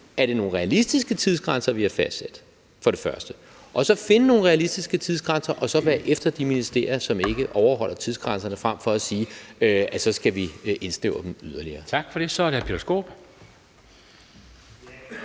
om det er nogle realistiske tidsgrænser, vi har fastsat, og så finde nogle realistiske tidsgrænser og for det andet være efter de ministerier, som ikke overholder tidsgrænserne, frem for at sige, at vi skal indsnævre det yderligere. Kl. 13:55 Formanden (Henrik